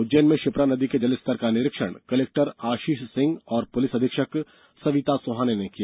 उज्जैन में क्षिप्रा नदी के जलस्तर का निरीक्षण कलेक्टर आशीष सिंह और पुलिस अधीक्षक सविता सोहाने ने किया